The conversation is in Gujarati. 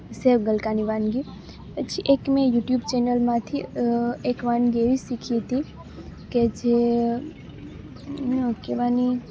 સેવ ગલકાંની વાનગી પછી એક મેં યુટ્યુબ ચેનલમાંથી એક વાનગી એવી શીખી હતી કે જે કહેવાની